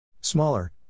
Smaller